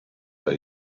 tra